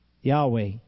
Yahweh